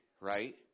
right